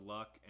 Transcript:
Luck